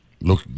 Look